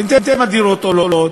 בינתיים מחירי הדירות עולים,